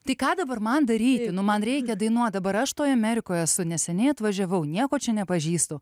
tai ką dabar man daryti nu man reikia dainuot dabar aš toj amerikoj esu neseniai atvažiavau nieko čia nepažįstu